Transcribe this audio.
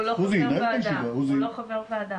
הוא לא חבר ועדה.